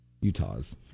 Utah's